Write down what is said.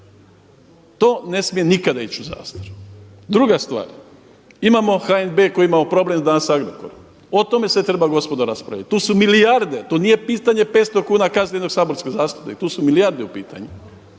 To ne smije nikada ići u zastaru. Druga stvar, imamo HNB …/Govornik se ne razumije./… Agrokorom. O tome se treba gospodo raspravljati. To su milijarde, to nije pitanje 500 kuna kazne jednog saborskog zastupnika, tu su milijarde u pitanju.